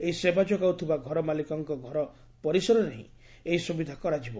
ଏହି ସେବା ଯୋଗାଉଥିବା ଘର ମାଲିକଙ୍କ ଘର ପରିସରରେ ହି ଏହି ସୁବିଧା କରାଯିବ